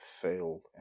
fail